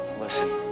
listen